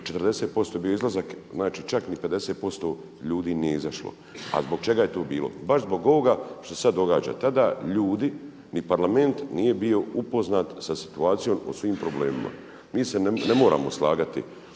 40% je bio izlazak, znači čak ni 50% ljudi nije izašlo. A zbog čega je to bilo? Baš zbog ovoga što se sad događa. Tada ljudi ni Parlament nije bio upoznat sa situacijom o svim problemima. Mi se ne moramo slagati